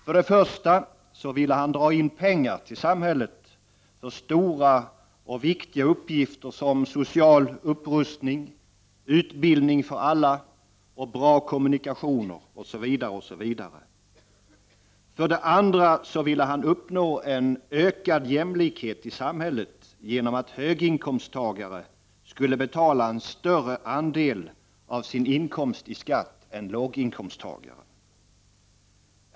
För det första ville han dra in pengar till samhället för stora och viktiga uppgifter som social upprustning, utbildning för alla, bra kommunikationer, osv. För det andra ville han uppnå en ökad jämlikhet i samhället genom att höginkomsttagare skulle betala en större andel av sin inkomst i skatt än låginkomsttagare.